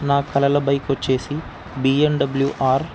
నా కలల బైక్ వచ్చేసి బిఏండబ్ల్యూఆర్